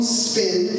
spin